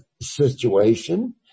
situation